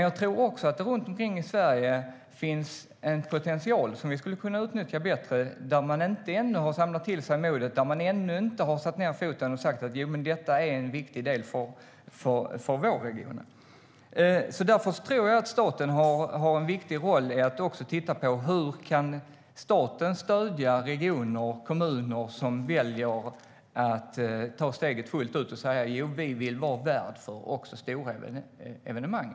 Jag tror att det runt omkring i Sverige finns en potential som vi skulle kunna utnyttja bättre där man ännu inte har samlat mod och ännu inte har satt ned foten och sagt: Detta är en viktig del för vår region. Staten har en viktig roll i att titta på: Hur kan staten stödja regioner och kommuner som väljer att ta steget fullt ut och säga: Vi vill vara värd för stora evenemang?